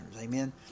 Amen